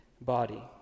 body